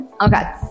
Okay